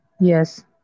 yes